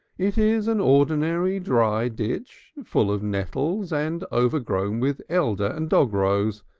it is an ordinary dry ditch, full of nettles and overgrown with elder and dogrose,